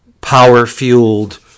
power-fueled